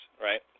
right